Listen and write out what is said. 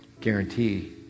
Guarantee